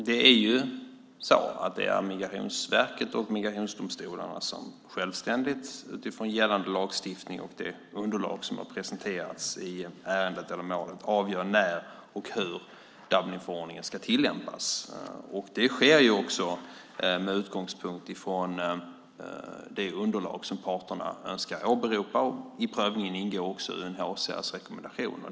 Herr talman! Det är Migrationsverket och migrationsdomstolarna som självständigt utifrån gällande lagstiftning och det underlag som har presenterats i ärendet eller målet avgör när och hur Dublinförordningen ska tillämpas. Det sker också med utgångspunkt från det underlag som parterna önskar åberopa. I prövningen ingår också UNHCR:s rekommendationer.